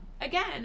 Again